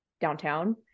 downtown